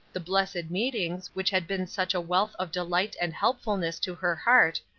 the blessed meetings, which had been such a wealth of delight and helpfulness to her heart,